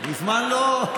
מזמן לא,